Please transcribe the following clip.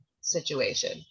situation